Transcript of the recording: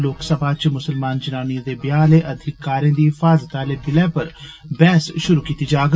लोकसभा च मुसलमान जनानियें दे ब्याह आले अधिकारें दी हिफाजत आले बिलै पर बैह्स षरु कीती जाग